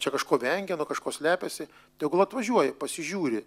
čia kažko vengia nuo kažko slepiasi tegul atvažiuoja pasižiūri